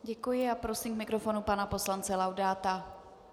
Děkuji a prosím k mikrofonu pana poslance Laudáta.